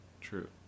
True